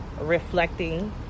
reflecting